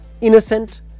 innocent